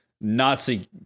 Nazi